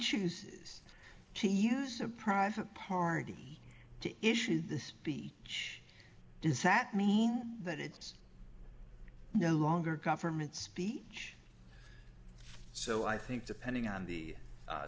chooses to use a private party to issue the speech does that mean that it's no longer government speech so i think depending on the